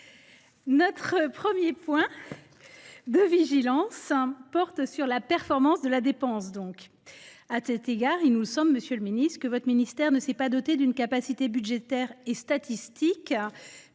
Notre premier point de vigilance porte sur la performance de la dépense. À cet égard, monsieur le garde des sceaux, il nous semble que votre ministère ne se soit pas doté d’une capacité budgétaire et statistique